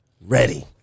Ready